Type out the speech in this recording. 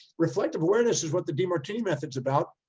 reflective awareness is what the demartini method's about.